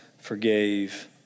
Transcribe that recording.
forgave